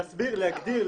להגדיר,